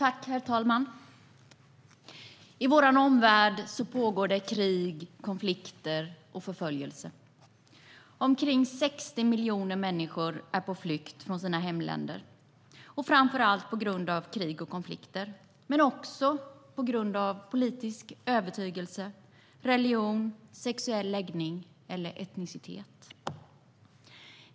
Herr talman! I vår omvärld pågår krig, konflikter och förföljelse. Omkring 60 miljoner människor är på flykt från sina hemländer, framför allt på grund av krig och konflikter men också på grund av politisk övertygelse, religion, sexuell läggning eller etnicitet.